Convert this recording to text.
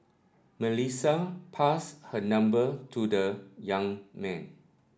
Melissa passed her number to the young man